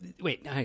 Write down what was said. wait